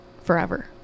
forever